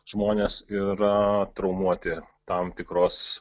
žmonės yra traumuoti tam tikros